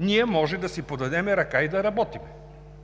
ние може да си подадем ръка и да работим.